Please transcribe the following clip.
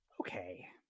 okay